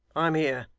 i am here.